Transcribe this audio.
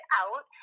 out